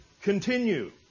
continue